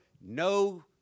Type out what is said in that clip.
no